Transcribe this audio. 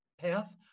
path